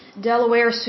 Delaware